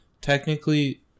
Technically